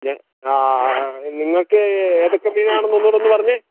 ഞ ആ നിങ്ങള്ക്ക് ഏതൊക്കെ മീനാണെന്നന്നുകൂടെയൊന്നു പറഞ്ഞേ